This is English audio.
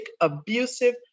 abusive